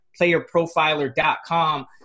playerprofiler.com